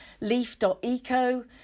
leaf.eco